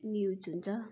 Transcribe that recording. news हुन्छ